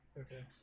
okay